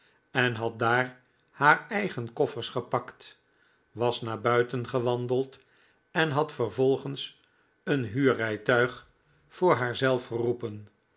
en had daar haar eigen koffers gepakt was naar buiten gewandeld en had vervolgens een huurrijtuig voor haarzelf geroepen